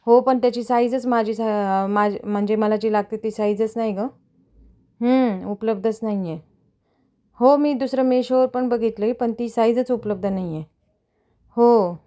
हो पण त्याची साईजच माझी सा माज म्हणजे मला जी लागते ती साईजच नाही गं उपलब्धच नाही आहे हो मी दुसरं मेशवर पण बघितली पण ती साईजच उपलब्ध नाही आहे हो